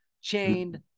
chained